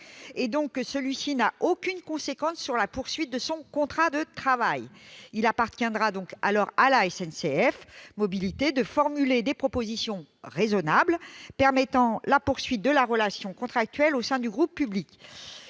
et qu'il n'aura donc aucune conséquence sur le maintien du contrat de travail. Il appartiendra à SNCF Mobilités de formuler des propositions raisonnables permettant la poursuite de la relation contractuelle au sein du groupe public.